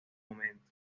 momento